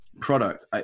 product